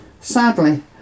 Sadly